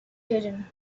hidden